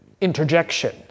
interjection